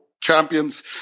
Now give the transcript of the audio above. champions